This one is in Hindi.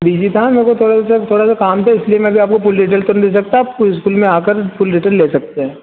बीजी था मेरे को थोड़ा सा थोड़ा सा काम था इसलिए में भी आपको फूल डीटेल तो नहीं दे सकता स्कूल में आकर फूल डीटेल ले सकते